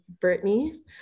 Brittany